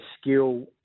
skill